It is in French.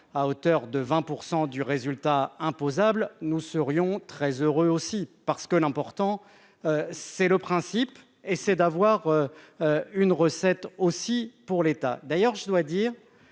à hauteur de 20 % du résultat imposable, nous serions très heureux aussi parce que l'important, c'est le principe et c'est d'avoir une recette aussi pour l'État d'ailleurs, je dois dire,